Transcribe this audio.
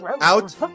Out